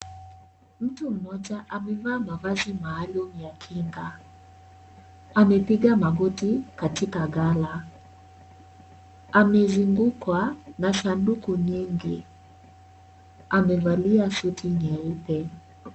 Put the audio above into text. Mtu mmoja amevaa mavazi maalum ya kinga, amepiga magoti katika gala, amezingukwa na sanduku nyingi, amevalia suti nyeupe.